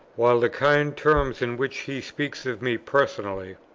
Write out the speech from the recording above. while the kind terms in which he speaks of me personally,